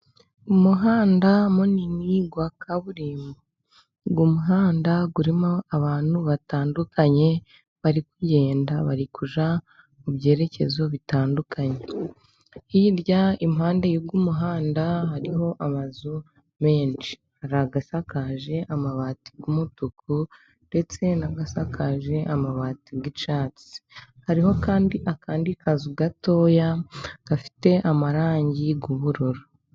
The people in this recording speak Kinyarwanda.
Umuhanda munini wa kaburimbo, uyu muhanda urimo abantu batandukanye bari kugenda barikujya mu byerekezo bitandukanye, hirya impande y'umuhanda hariho amazu menshi hari asakaje amabati y'umutuku ndetse n'asakaje amabati y'icyatsi, hariho kandi akandi kazu gatoya gafite amarangi y'ubururu.